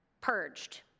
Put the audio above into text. purged